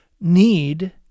need